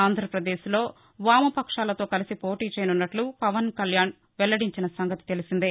ఆంధ్రప్రదేశ్లో వామపక్షాలతో కలసి పోటీచేయనున్నట్లు పవన్ కళ్యాణ్ వెల్లడించిన సంగతి తెలిసిందే